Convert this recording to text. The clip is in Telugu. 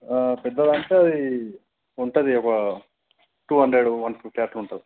పెద్దదంటే అది ఉంటుంది ఒక టూ హండ్రెడ్ వన్ ఫిఫ్టీ అట్లా ఉంటుంది